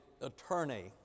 attorney